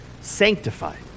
sanctified